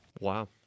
Wow